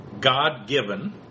God-given